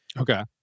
Okay